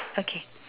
okay